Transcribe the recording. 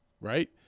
right